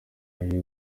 yaje